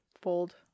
fold